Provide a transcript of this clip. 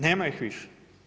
Nema ih više.